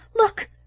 look!